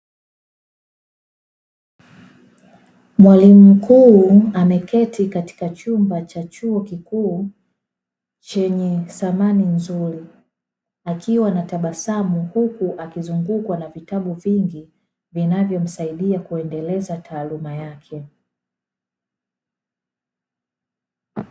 Mwalimu mkuu ameketi katika chumba cha chuo kikuu chenye samani nzuri akiwa na tabasamu, huku amezungukwa na vitabu vingi vinavyomsaidia kuendeleza taaluma yake.